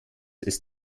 ist